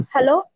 Hello